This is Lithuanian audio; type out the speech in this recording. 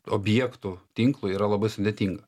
objektų tinklui yra labai sudėtinga